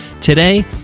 today